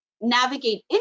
navigate